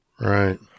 right